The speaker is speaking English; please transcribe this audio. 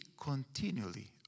continually